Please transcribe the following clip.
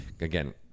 again